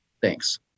Thanks